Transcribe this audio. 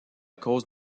cause